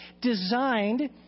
designed